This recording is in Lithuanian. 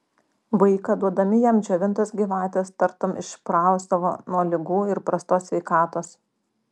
vaiką duodami jam džiovintos gyvatės tartum išprausdavo nuo ligų ir prastos sveikatos